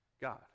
God